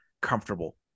comfortable